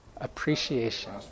Appreciation